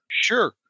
Sure